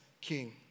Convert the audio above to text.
king